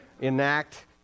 enact